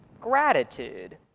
gratitude